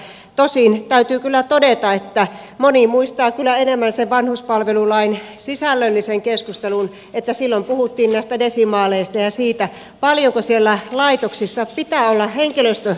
tosin täytyy kyllä todeta että moni muistaa kyllä enemmän sen vanhuspalvelulain sisällöllisen keskustelun sen että silloin puhuttiin näistä desimaaleista ja siitä paljonko siellä laitoksissa pitää olla henkilöstömitoitusta